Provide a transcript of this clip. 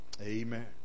Amen